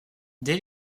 dès